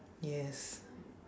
yes